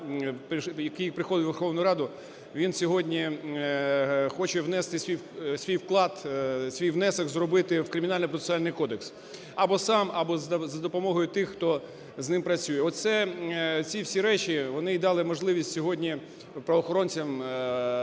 який приходить в Верховну Раду, він сьогодні хоче внести свій вклад, свій внесок зробити в Кримінально-процесуальний кодекс. Або сам або за допомогою тих, хто з ним працює. Оце, ці всі речі, вони й дали можливість сьогодні правоохоронцям,